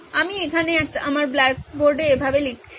আমি এখানে আমার ব্ল্যাকবোর্ডে এভাবে লিখছি